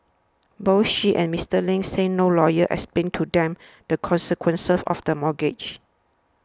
both she and Mister Ling said no lawyer explained to them the consequences of the mortgage